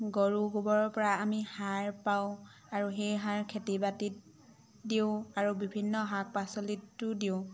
গৰু গোবৰৰ পৰা আমি সাৰ পাওঁ আৰু সেই সাৰ খেতি বাতিত দিওঁ আৰু বিভিন্ন শাক পাচলিতো দিওঁ